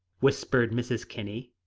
whispered mrs. kinney,